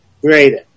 greater